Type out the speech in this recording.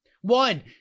One